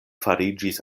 fariĝis